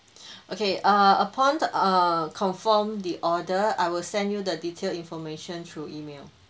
okay err upon err confirm the order I will send you the detailed information through E-mail